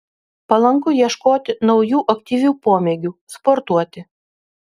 palanku ieškoti naujų aktyvių pomėgių sportuoti